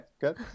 good